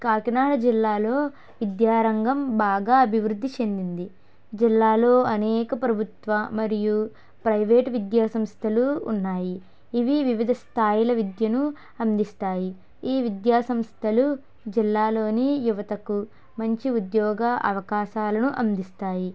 కాకినాడ జిల్లాలో విద్యారంగం బాగా అభివృద్ధి చెందింది జిల్లాలో అనేక ప్రభుత్వ మరియు ప్రైవేటు విద్యాసంస్థలు ఉన్నాయి ఇవి వివిధ స్థాయిల విద్యను అందిస్తాయి ఈ విద్యాసంస్థలు జిల్లాలోని యువతకు మంచి ఉద్యోగ అవకాశాలను అందిస్తాయి